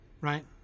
right